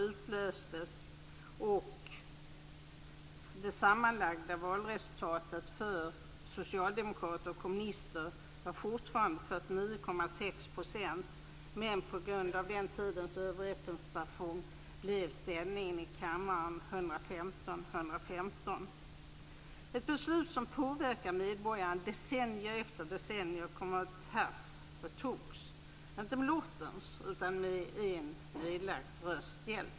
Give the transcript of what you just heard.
Ett beslut som påverkat medborgarna decennium efter decennium togs - inte med lottens hjälp utan med hjälp av en nedlagd röst.